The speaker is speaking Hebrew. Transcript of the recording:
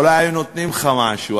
אולי היו נותנים לך משהו,